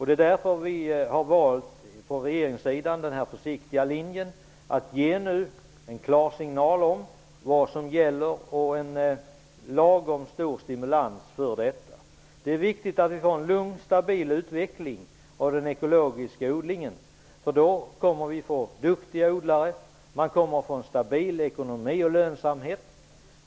Det är därför vi från regeringens sida har valt den försiktiga linjen, att ge en klar signal om vad som gäller och en lagom stor stimulans för detta. Det är viktigt att vi får en lugn och stabil utveckling av den ekologiska odlingen. Då kommer vi att få duktiga odlare. Man kommer att få en stabil ekonomi och lönsamhet.